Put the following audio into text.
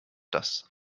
das